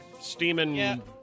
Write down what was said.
steaming